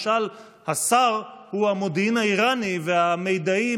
משל השר הוא המודיעין האיראני והמידעים